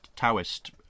Taoist